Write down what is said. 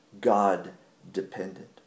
God-dependent